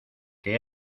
que